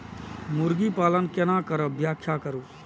मुर्गी पालन केना करब व्याख्या करु?